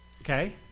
okay